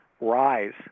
rise